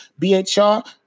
BHR